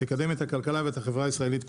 תקדם את הכלכלה ואת החברה הישראלית כולה.